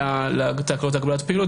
ואתה היית,